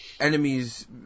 enemies